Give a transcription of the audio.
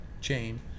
chain